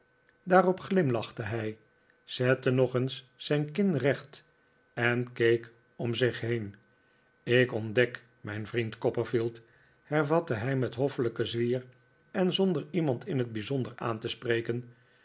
daarop glimlachte hij zette nog eens zijn kin recht en keek om zich heen ik ontdek mijn vriend copperfield hervatte hij met hoffelijken zwier en zonder iemand in het bij zonder aan te spreken